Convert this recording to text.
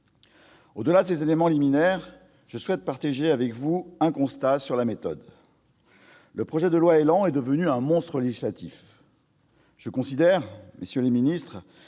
Au-delà de ces éléments liminaires, je souhaite partager avec vous un constat sur la méthode : le projet de loi ÉLAN est devenu un monstre législatif. Monsieur le ministre,